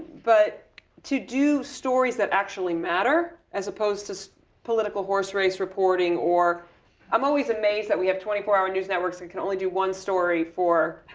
but to do stories that actually matter as opposed to political horse race reporting, or i'm always amazed that we have twenty four hour news networks that can only do one story for,